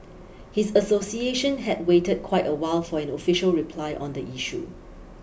his association had waited quite a while for an official reply on the issue